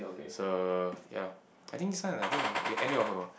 so ya I think this one like I think with any of a